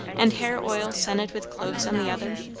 and hair-oil scented with cloves on the other?